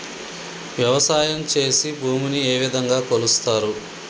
వ్యవసాయం చేసి భూమిని ఏ విధంగా కొలుస్తారు?